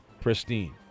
Pristine